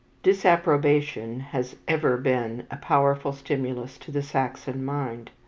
disapprobation has ever been a powerful stimulus to the saxon mind.